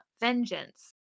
vengeance